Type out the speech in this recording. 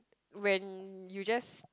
when you just